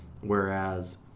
Whereas